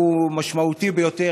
שהוא משמעותי ביותר,